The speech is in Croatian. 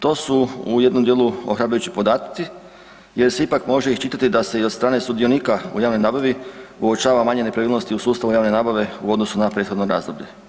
To su u jednom dijelu ohrabrujući podaci jer se ipak može iščitati da se i od strane sudionika u javnoj nabavi uočava manje nepravilnosti u sustavu javne nabave u odnosu na prethodno razdoblje.